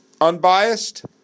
unbiased